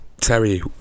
Terry